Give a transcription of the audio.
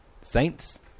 Saints